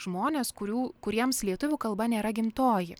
žmonės kurių kuriems lietuvių kalba nėra gimtoji